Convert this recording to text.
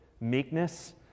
meekness